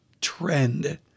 trend